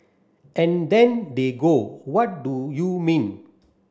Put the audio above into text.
and then they go what do you mean